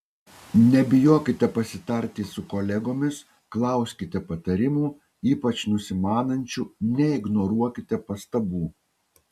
nebijokite pasitarti su kolegomis klauskite patarimų ypač nusimanančių neignoruokite pastabų